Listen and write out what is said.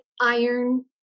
iron